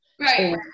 right